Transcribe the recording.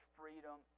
freedom